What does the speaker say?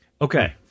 Okay